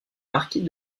marquis